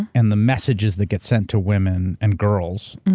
and the messages that get sent to women and girls-rebecca